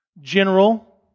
General